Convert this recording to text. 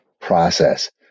process